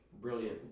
brilliant